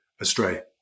astray